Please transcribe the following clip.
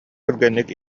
түргэнник